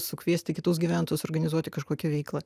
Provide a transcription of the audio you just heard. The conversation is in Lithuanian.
sukviesti kitus gyventojus organizuoti kažkokią veiklą